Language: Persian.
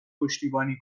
پشتیبانی